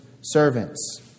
servants